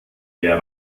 der